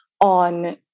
on